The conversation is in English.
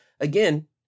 again